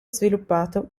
sviluppato